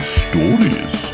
stories